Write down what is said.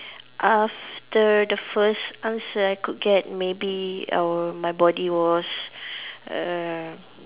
after the first answer I could get maybe err my body was err